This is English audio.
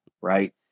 right